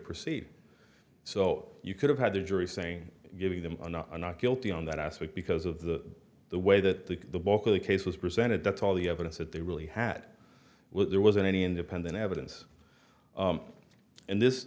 proceed so you could have had the jury saying giving them not guilty on that aspect because of the the way that the bulk of the case was presented that's all the evidence that they really had with there wasn't any independent evidence and this